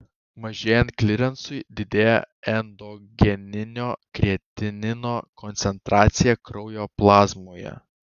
mažėjant klirensui didėja endogeninio kreatinino koncentracija kraujo plazmoje